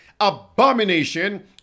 Abomination